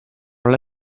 alla